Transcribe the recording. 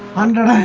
hundred